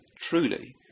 truly